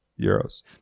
Euros